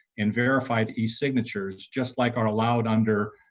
in verify the signatures just like are allowed under.